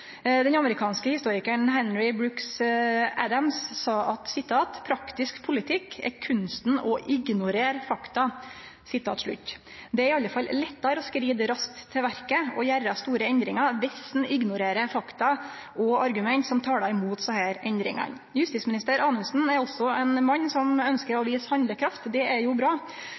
Den amerikanske historikaren Henry Brooks Adams sa at praktisk politikk er kunsten å ignorere fakta. Det er i alle fall lettare å skride raskt til verket og gjere store endringar dersom ein ignorerer fakta og argument som talar mot desse endringane. Justisminister Anundsen er også ein mann som ønskjer å vise handlekraft – det er jo bra.